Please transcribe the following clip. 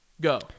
Go